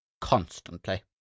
constantly